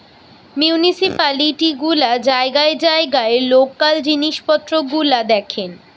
municipality গুলা জায়গায় জায়গায় লোকাল জিনিস পত্র গুলা দেখেন